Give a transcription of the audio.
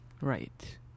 right